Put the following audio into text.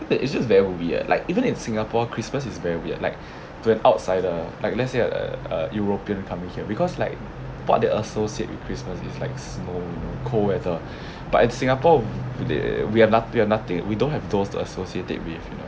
no it's just very weird like even in singapore christmas is very weird like to an outsider ah like let's say like a a european coming here because like what they associate with christmas is like snow you know cold weather but in singapore they~ we have nothing~ we have nothing we don't have those associated with you know